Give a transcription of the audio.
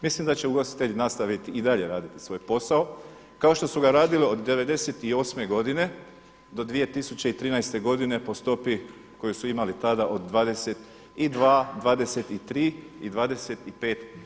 Mislim da će ugostitelji nastaviti i dalje raditi svoj posao kao što su ga radile od '98. godine do 2013. godine po stopi koju su imali tada od 22, 23 i 25%